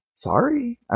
Sorry